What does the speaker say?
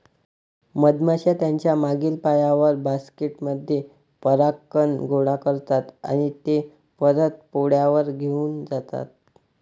मधमाश्या त्यांच्या मागील पायांवर, बास्केट मध्ये परागकण गोळा करतात आणि ते परत पोळ्यावर घेऊन जातात